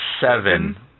seven